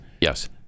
Yes